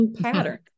pattern